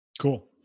Cool